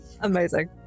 Amazing